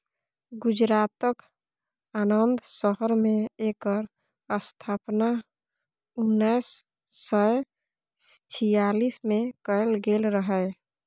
गुजरातक आणंद शहर मे एकर स्थापना उन्नैस सय छियालीस मे कएल गेल रहय